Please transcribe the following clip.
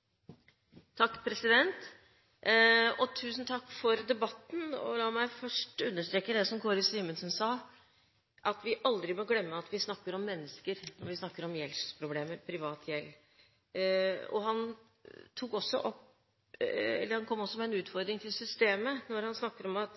Kåre Simensen sa, at vi aldri må glemme at vi snakker om mennesker når vi snakker om gjeldsproblemer, privat gjeld. Han kom også med en utfordring til systemet når han snakker om at